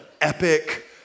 epic